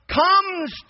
comes